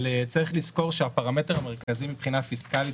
צריך לזכור שהפרמטר המרכזי מבחינה פיסקלית